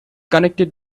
connected